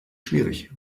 schwierig